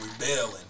Rebelling